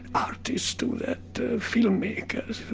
artists do that, film-makers,